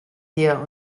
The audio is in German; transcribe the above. her